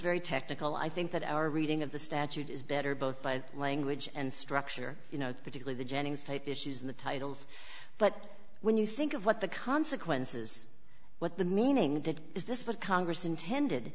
very technical i think that our reading of the statute is better both by language and structure you know particularly jennings type issues the titles but when you think of what the consequences what the meaning that is this what congress intended